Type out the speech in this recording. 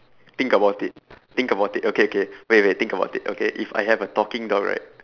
think about it think about it okay okay wait wait think about it okay if I have a talking dog right